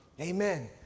Amen